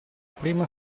prima